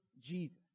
Jesus